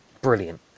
brilliant